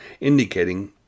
indicating